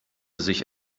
sich